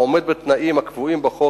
העומד בתנאים הקבועים בחוק,